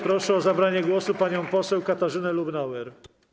Proszę o zabranie głosu panią poseł Katarzynę Lubnauer.